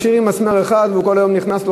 משאירים מסמר אחד וכל היום נכנסים,